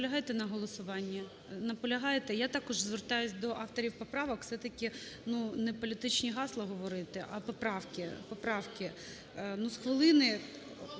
Ви наполягаєте на голосуванні? Наполягаєте? Я також звертаюсь до авторів поправок: все-таки не політичні гасла говорити, а поправки, поправки.